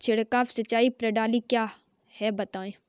छिड़काव सिंचाई प्रणाली क्या है बताएँ?